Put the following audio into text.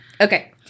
Okay